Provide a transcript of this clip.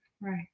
right